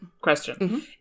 Question